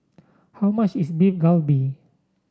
how much is Beef Galbi